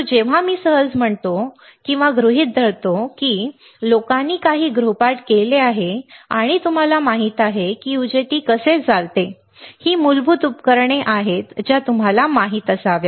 जेव्हा मी सहज म्हणतो मी असे गृहीत धरतो की तुम्ही लोकांनी काही गृहपाठ केले आहे आणि तुम्हाला माहित आहे की UJT कसे चालते ही मूलभूत उपकरणे आहेत ज्या तुम्हाला माहित असावीत